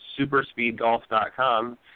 superspeedgolf.com